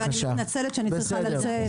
אני מתנצלת שאני צריכה לצאת.